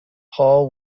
paul